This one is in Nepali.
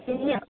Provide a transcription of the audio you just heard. ए